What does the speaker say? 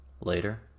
Later